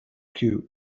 cub